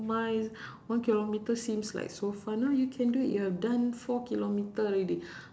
my one kilometre seems like so far now you can do it you have done four kilometre already